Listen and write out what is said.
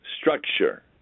structure